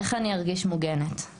איך אני ארגיש מוגנת,